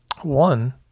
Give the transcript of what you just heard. One